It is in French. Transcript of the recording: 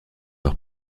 leur